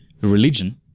religion